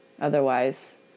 Otherwise